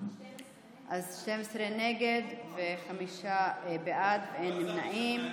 אז 12 נגד וחמישה בעד, אין נמנעים.